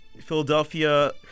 Philadelphia